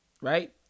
right